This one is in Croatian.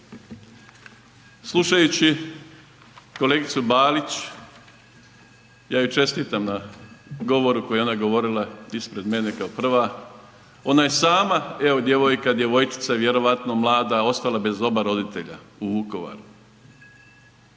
Slušajući kolegicu Balić, ja joj čestitam na govoru koji je onda govorila ispred mene kao prva, ona je sama evo djevojka, djevojčica vjerojatno mlada ostala bez oba roditelja u Vukovaru